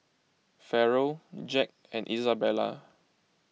Farrell Jack and Izabella